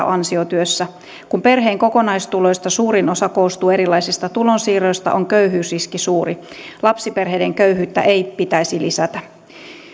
ansiotyössä kun perheen kokonaistuloista suurin osa koostuu erilaisista tulonsiirroista on köyhyysriski suuri lapsiperheiden köyhyyttä ei pitäisi lisätä